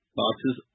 boxes